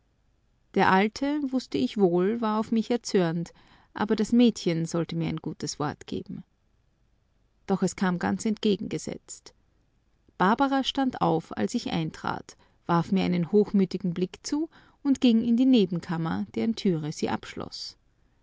der alte wußte ich wohl war auf mich erzürnt aber das mädchen sollte mir ein gutes wort geben doch kam es ganz entgegengesetzt barbara stand auf als ich eintrat warf mir einen hochmütigen blick zu und ging in die nebenkammer deren türe sie abschloß